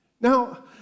Now